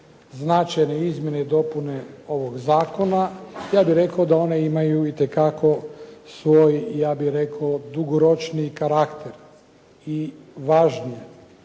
značajne izmjene i dopune ovog zakona. Ja bih rekao da one imaju itekako svoj ja bih rekao dugoročniji karakter i važnije